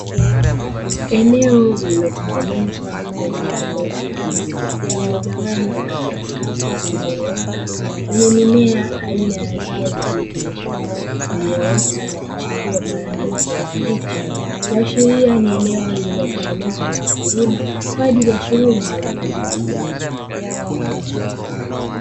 Eneo lililotengenezwa na kuezekwa kwa ustadi, lililogawanywa katika safu zilizonyooka, lenye mimea aina ya zao la pilipili hoho iliyoota na kuchipua kwa rangi ya kijani kibichi, kuashiria ni eneo lililotengenezwa na wakulima kwa ajili ya shughuli mbalimbali za kilimo.